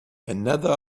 another